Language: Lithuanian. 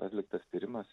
atliktas tyrimas